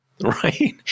right